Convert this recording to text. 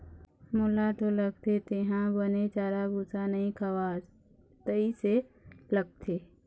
मोला तो लगथे तेंहा बने चारा भूसा नइ खवास तइसे लगथे